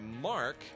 Mark